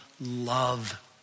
love